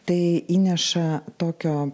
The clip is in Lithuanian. tai įneša tokio